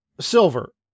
silver